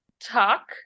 talk